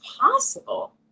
possible